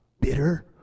bitter